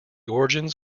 origins